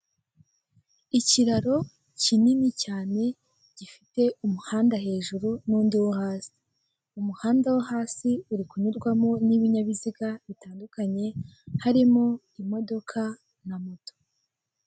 Ikiraro kinini cyane gifite umuhanda hejuru n'undi wo hasi. Umuhanda wo hasi uri kunyurwamo n'ibinyabiziga bitandukanye harimo imodoka na moto.